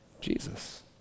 Jesus